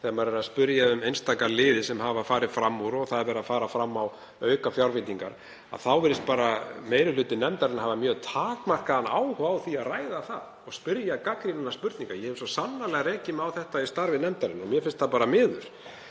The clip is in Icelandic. þegar maður spyr um einstaka liði sem hafa farið fram úr og farið er fram á aukafjárveitingar þá virðist meiri hluti nefndarinnar hafa mjög takmarkaðan áhuga á því að ræða það og spyrja gagnrýninna spurninga. Ég hef svo sannarlega rekið mig á þetta í starfi nefndarinnar og mér finnst það miður.